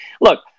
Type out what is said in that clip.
Look